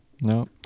No